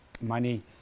money